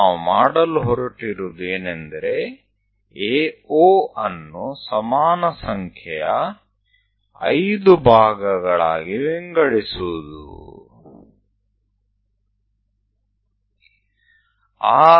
તો આપણે AO ને સમાન સંખ્યાના 5 ભાગોમાં વહેંચવા જઈ રહ્યા છીએ